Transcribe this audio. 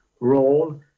role